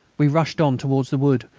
we rushed on towards the wood,